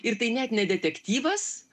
ir tai net ne detektyvas